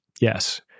yes